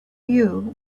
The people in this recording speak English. you